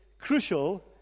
crucial